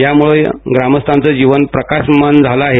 यामुळे ग्रामस्थांच जीवन प्रकाशमान झालं आहे